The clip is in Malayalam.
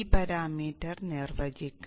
പാരാമീറ്റർ നിർവചിക്കാം